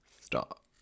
Stop